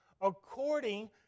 according